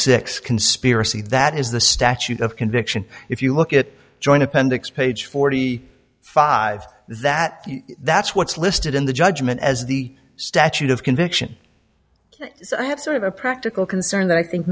six conspiracy that is the statute of conviction if you look at the joint appendix page forty five that that's what's listed in the judgment as the statute of conviction so i have sort of a practical concern that i think